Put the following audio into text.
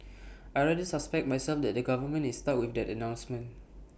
I rather suspect myself that the government is stuck with that announcement